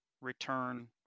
return